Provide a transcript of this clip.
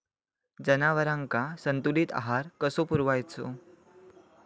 जनावरांका संतुलित आहार कसो पुरवायचो?